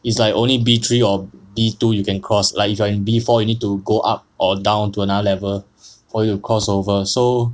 is like only B three or B two you can cross like if you are in B four you need to go up or down to another level before you crossover so